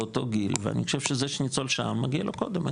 באותו גיל ואני חושב שזה שניצול שואה מגיע לו קודם.